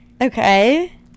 okay